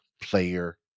player